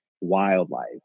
wildlife